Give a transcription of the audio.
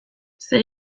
zer